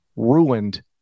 ruined